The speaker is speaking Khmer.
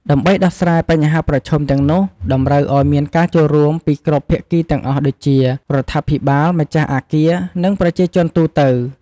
ដើម្បីដោះស្រាយបញ្ហាប្រឈមទាំងនោះតម្រូវឱ្យមានការចូលរួមពីគ្រប់ភាគីទាំងអស់ដូចជា រដ្ឋាភិបាល ម្ចាស់អគារ និងប្រជាជនទូទៅ។